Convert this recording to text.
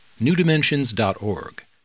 newdimensions.org